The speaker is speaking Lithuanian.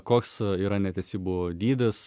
koks yra netesybų dydis